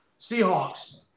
Seahawks